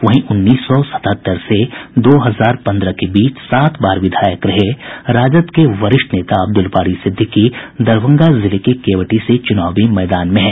वहीं उन्नीस सौ सतहत्तर से दो हजार पन्द्रह के बीच सात बार विधायक रहे राजद के नेता अब्दुल बारी सिद्दिकी दरभंगा जिले के केवटी से चुनावी मैदान में हैं